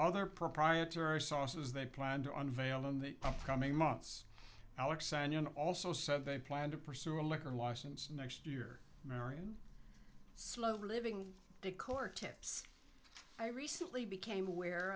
other proprietary sauces they plan to unveil in the upcoming months alex and also said they plan to pursue a liquor license next year marian slow living decor tips i recently became aware